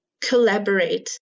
collaborate